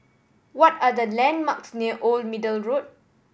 what are the landmarks near Old Middle Road